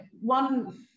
one